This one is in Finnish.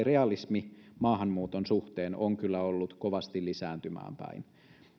realismi maahanmuuton suhteen on ollut kovasti lisääntymään päin